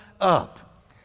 up